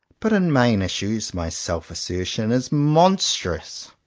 but in main issues my self-assertion is mon strous.